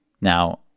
Now